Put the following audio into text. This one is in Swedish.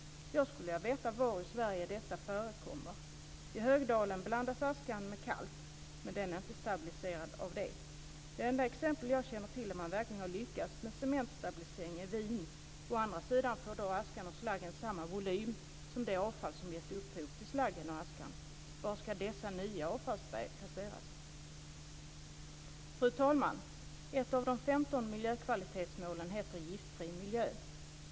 Jag skulle vilja veta var i Sverige detta förekommer. I Högdalen blandas askan med kalk, men den stabiliseras inte av det. Det enda exempel jag känner till där man verkligen har lyckats med en cementstabilisering är Wien. Å andra sidan får då askan och slaggen samma volym som det avfall som gett upphov till slaggen och askan. Var ska dessa nya avfallsberg placeras? Fru talman! Ett av de 15 miljökvalitetsmålen är giftfri miljö.